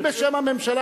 אם בשם הממשלה,